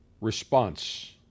response